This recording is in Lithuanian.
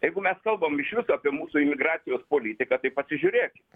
jeigu mes kalbam išvis apie mūsų imigracijos politiką tai pasižiūrėkit